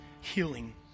healing